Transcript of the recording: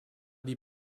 die